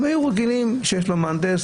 הם היו רגילים שיש להם מהנדס,